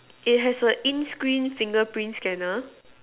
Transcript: it has a in screen fingerprint scanner